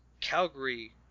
Calgary